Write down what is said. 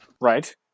Right